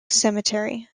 cemetery